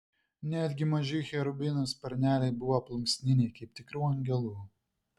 netgi maži cherubinų sparneliai buvo plunksniniai kaip tikrų angelų